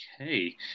Okay